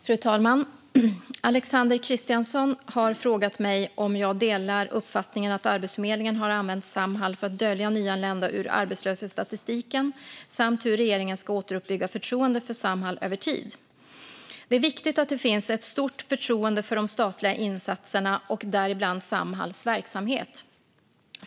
Fru talman! Alexander Christiansson har frågat mig om jag delar uppfattningen att Arbetsförmedlingen har använt Samhall för att dölja nyanlända ur arbetslöshetsstatistiken samt hur regeringen ska återuppbygga förtroendet för Samhall över tid. Det är viktigt att det finns ett stort förtroende för de statliga insatserna och däribland Samhalls verksamhet.